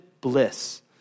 bliss